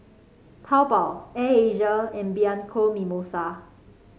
Taobao Air Asia and Bianco Mimosa